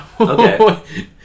okay